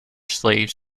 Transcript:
slaves